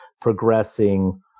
progressing